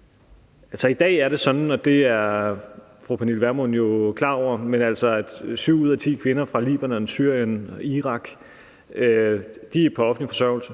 klar over – at 7 ud af 10 kvinder fra Libanon, Syrien og Irak er på offentlig forsørgelse.